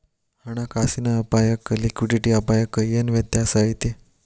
ಹಣ ಕಾಸಿನ್ ಅಪ್ಪಾಯಕ್ಕ ಲಿಕ್ವಿಡಿಟಿ ಅಪಾಯಕ್ಕ ಏನ್ ವ್ಯತ್ಯಾಸಾ ಐತಿ?